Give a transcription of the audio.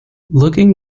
looking